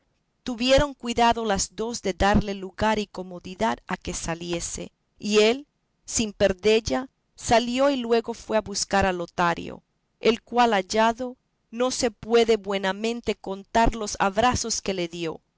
tuvieron cuidado las dos de darle lugar y comodidad a que saliese y él sin perdella salió y luego fue a buscar a lotario el cual hallado no se puede buenamente contar los abrazos que le dio